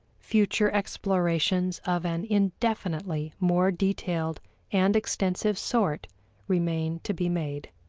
future explorations of an indefinitely more detailed and extensive sort remain to be made.